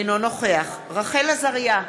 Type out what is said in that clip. אינו נוכח רחל עזריה,